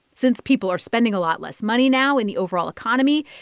since people are spending a lot less money now in the overall economy,